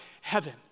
heaven